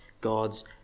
God's